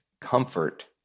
comfort